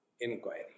inquiry